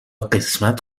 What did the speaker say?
قسمت